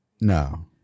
No